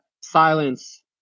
silence